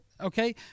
Okay